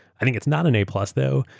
i think it's not an a plus though,